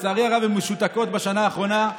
שלצערי הרב משותקות בשנה האחרונה,